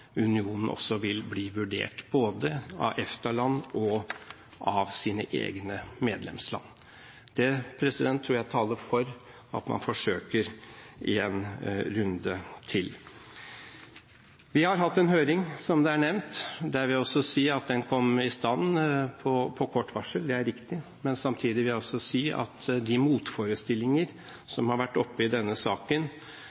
unionen vil bli vurdert, både av EFTA-land og av sine egne medlemsland. Det tror jeg taler for at man forsøker en runde til. Vi har hatt en høring, som nevnt. Der vil jeg si at den kom i stand på kort varsel, det er riktig, men samtidig vil jeg si at de motforestillinger